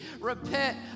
Repent